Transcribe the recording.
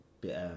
bit